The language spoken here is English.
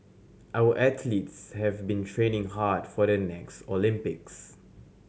our athletes have been training hard for the next Olympics